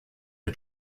the